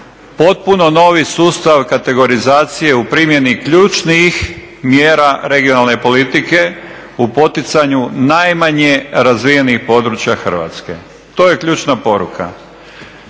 potpuno novi sustav kategorizacije u primjeni ključnih mjera regionalne politike u poticanju najmanje razvijenih područja Hrvatske. To je ključna poruka.